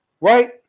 right